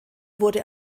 wurde